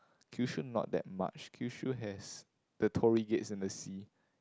Kyushu not that much Kyushu has the torii gates in the sea